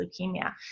leukemia